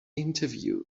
interview